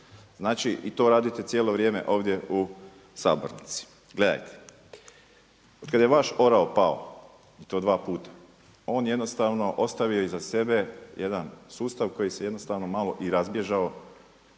Znači i to radite cijelo vrijeme ovdje u sabornici. Gledajte, otkada je vaš orao pao i to dva puta, on jednostavno ostavio je iza sebe jedan sustav koji se jednostavno malo i razbježao.